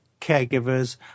caregivers